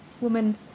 Woman